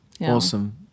Awesome